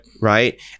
right